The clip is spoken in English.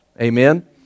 Amen